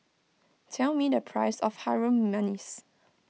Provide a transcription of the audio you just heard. tell me the price of Harum Manis